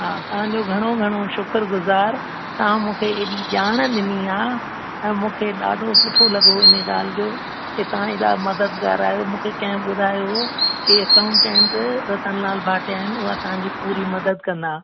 हा तव्हांजो घणो घणो शुक्र गुज़ारु तव्हां मूंखे एॾी ॼाण ॾिनी आहे ऐं मूंखे ॾाढो सुठो लॻो इन ॻाल्हि जो की तव्हां एॾा मददगारु आहियो मूंखे कंहिं ॿुधायो की अकाउंटेंट रतन लाल भाटिया आहिनि उहे तव्हांजी पूरी मदद कंदा